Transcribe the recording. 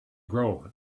grow